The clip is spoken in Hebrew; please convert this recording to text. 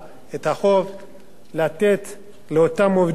לתת לאותם עובדים אפשרויות